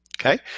Okay